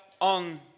on